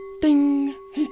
Ding